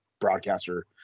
broadcaster